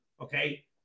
Okay